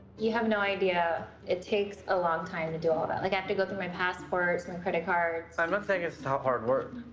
you have no idea. it takes a long time to do all that. like i have to go through my passport, my and credit cards. i'm not saying it's not hard work.